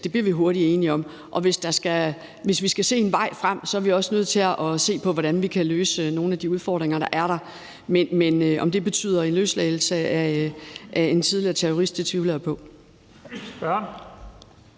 Gaza, kan vi hurtigt blive enige om, og hvis vi skal se en vej frem, er vi også nødt til at se på, hvordan vi kan løse nogle af de udfordringer, der er. Om det betyder en løsladelse af en tidligere terrorist, tvivler jeg på.